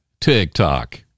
TikTok